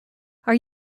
are